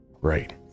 right